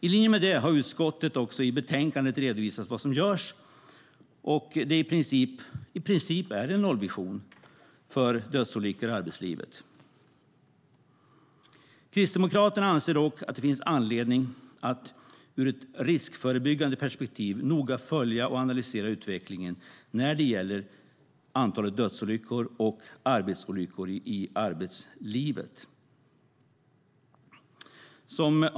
I linje med det har utskottet i betänkandet redovisat vad som görs, och det är i princip en nollvision för dödsolyckor i arbetslivet. Kristdemokraterna anser dock att det finns anledning att ur ett riskförebyggande perspektiv noga följa och analysera utvecklingen när det gäller antalet dödsolyckor och arbetsolyckor i arbetslivet.